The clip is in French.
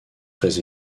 très